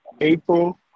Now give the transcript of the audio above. April